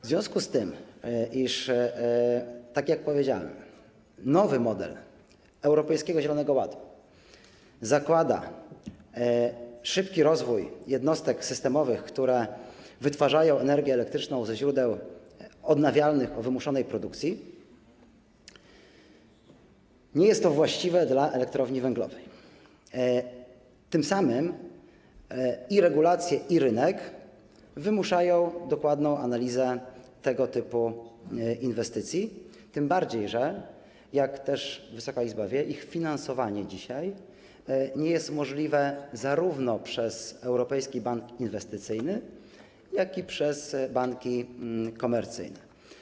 W związku z tym, iż - tak jak powiedziałem - nowy model Europejskiego Zielonego Ładu zakłada szybki rozwój jednostek systemowych, które wytwarzają energię elektryczną ze źródeł odnawialnych o wymuszonej produkcji, nie jest to właściwe dla elektrowni węglowej, tym samym i regulacje, i rynek wymuszają dokładną analizę tego typu inwestycji, tym bardziej że - jak Wysoka Izba wie - ich finansowanie dzisiaj nie jest możliwe zarówno przez Europejski Bank Inwestycyjny, jak i przez banki komercyjne.